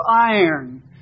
iron